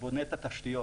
בונה את התשתיות.